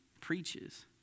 preaches